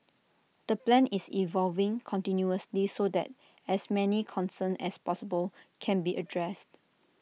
the plan is evolving continuously so that as many concerns as possible can be addressed